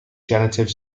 genitive